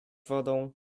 wodą